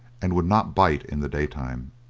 and would not bite in the day-time.